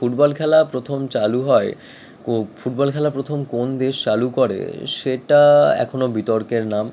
football খেলা প্রথম চালু হয় কো ফুটবল খেলা প্রথম কোন দেশ চালু করে সেটা এখনও বিতর্কের নাম